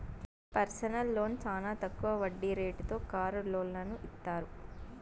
personal loan చానా తక్కువ వడ్డీ రేటుతో కారు లోన్లను ఇత్తారు